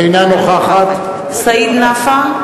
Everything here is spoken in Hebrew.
אינה נוכחת סעיד נפאע,